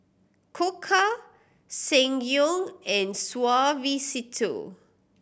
Koka Ssangyong and Suavecito